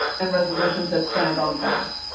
and resolutions that stand on fact,